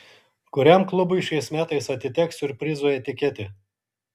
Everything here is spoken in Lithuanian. kuriam klubui šiais metais atiteks siurprizo etiketė